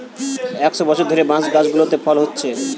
একশ বছর ধরে বাঁশ গাছগুলোতে ফুল হচ্ছে